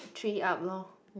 three up lor